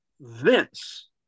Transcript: Vince